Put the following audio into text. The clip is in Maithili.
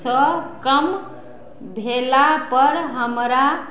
सँ कम भेला पर हमरा